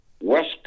West